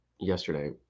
yesterday